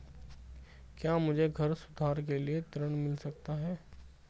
क्या मुझे घर सुधार के लिए ऋण मिल सकता है?